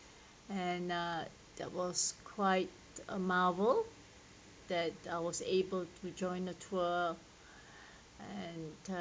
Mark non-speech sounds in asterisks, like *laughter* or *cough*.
and uh that was quite a marvel that I was able to join a tour *breath* and uh